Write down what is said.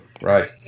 right